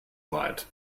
weit